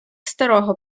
старого